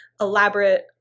elaborate